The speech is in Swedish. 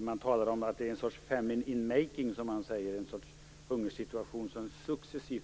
Man talar om att det är en sorts famine in making, dvs. en hungersituation som byggs upp successivt.